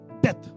death